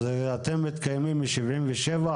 אתם מתקיימים מ- 1977,